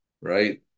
right